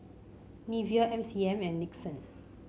Nivea M C M and Nixon